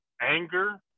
anger